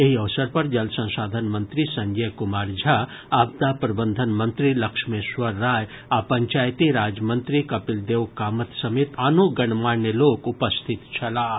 एहि अवसर पर जल संसाधन मंत्री संजय कुमार झा आपदा प्रबंधन मंत्री लक्ष्मेश्वर राय आ पंचायती राज मंत्री कपिल देव कामत समेत आनो गणमान्य लोक उपस्थित छलाह